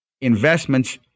investments